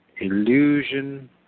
illusion